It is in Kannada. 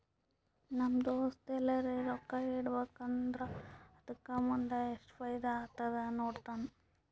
ನಮ್ ದೋಸ್ತ ಎಲ್ಲರೆ ರೊಕ್ಕಾ ಇಡಬೇಕ ಅಂದುರ್ ಅದುಕ್ಕ ಮುಂದ್ ಎಸ್ಟ್ ಫೈದಾ ಆತ್ತುದ ನೋಡ್ತಾನ್